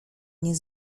nie